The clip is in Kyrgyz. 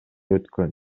өткөн